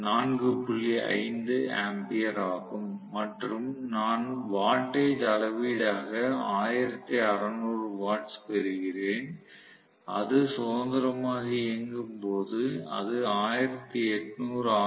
5 ampere ஆகும் மற்றும் நான் வாட்டேஜ் அளவீடாக 1600 வாட்ஸ் பெறுகிறேன் அது சுதந்திரமாக இயங்கும் போது அது 1800 ஆர்